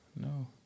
No